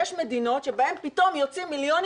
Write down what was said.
יש מדינות שבהן פתאום יוצאים מיליונים